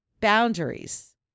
boundaries